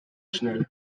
schnell